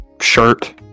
shirt